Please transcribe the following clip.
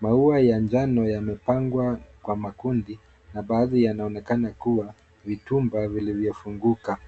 Maua ya njano yamepangwa kwa makundi, na baadhi yanaonekana kua vitumba vilivyofunguka.